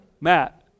Matt